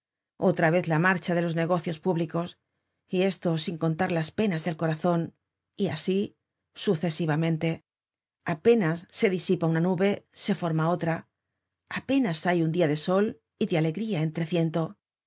otra vez la marcha de los negocios públicos y esto sin contar las penas del corazon y asi sucesivamente apenas se disipa una nube se forma otra apenas hay un dia de sol y de alegría entre